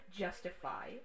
justify